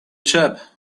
chap